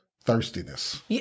thirstiness